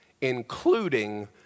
including